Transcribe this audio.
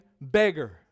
beggar